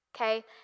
okay